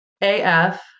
AF